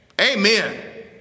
Amen